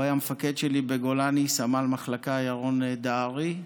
הוא היה המפקד שלי בגולני, סמל מחלקה ירון דהרי,